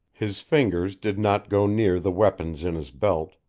his fingers did not go near the weapons in his belt,